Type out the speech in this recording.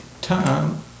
time